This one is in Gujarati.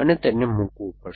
અને તેને મૂકવું પડશે